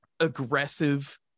aggressive